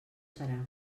serà